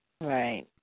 Right